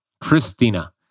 Christina